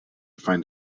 find